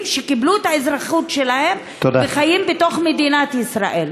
שקיבלו את האזרחות שלהם וחיים בתוך מדינת ישראל.